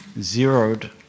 zeroed